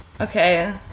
Okay